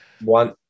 one